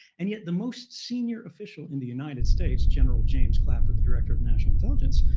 and yet the most senior official in the united states, general james clapper, the director of national intelligence,